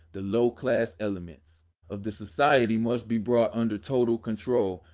the low class elements of the society must be brought under total control,